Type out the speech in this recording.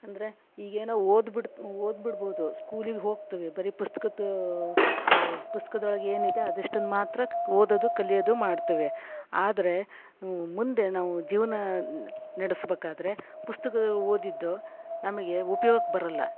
ಅಂದರೆ ಈಗೇನೋ ಓದ್ಬಿಡ ಓದ್ಬಿಡ್ಬೋದು ಸ್ಕೂಲಿಗೆ ಹೋಗ್ತಾವೆ ಬರೀ ಪುಸ್ತಕದ ಪುಸ್ತಕದೊಳಗೆ ಏನಿದೆ ಅದಿಷ್ಟನ್ನು ಮಾತ್ರ ಓದೋದು ಕಲಿಯೋದು ಮಾಡ್ತಾವೆ ಆದರೆ ಮುಂದೆ ನಾವು ಜೀವನ ನಡೆಸಬೇಕಾದರೆ ಪುಸ್ತಕದಲ್ಲಿ ಓದಿದ್ದು ನಮಗೆ ಉಪಯೋಗಕ್ಕೆ ಬರೋಲ್ಲ